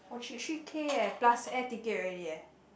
three K eh plus air ticket already leh